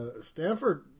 Stanford